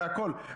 זה הכול.